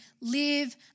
live